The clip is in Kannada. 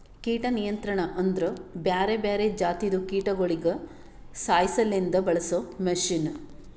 ಕೀಟ ನಿಯಂತ್ರಣ ಅಂದುರ್ ಬ್ಯಾರೆ ಬ್ಯಾರೆ ಜಾತಿದು ಕೀಟಗೊಳಿಗ್ ಸಾಯಿಸಾಸಲೆಂದ್ ಬಳಸ ಮಷೀನ್